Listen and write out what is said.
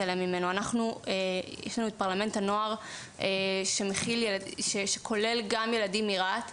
לתלמידים שצריכים את העזרה המיידית של המערכת,